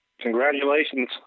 Congratulations